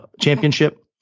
Championship